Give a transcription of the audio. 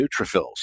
neutrophils